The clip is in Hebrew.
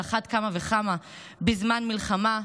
על אחת וכמה בזמן מלחמה.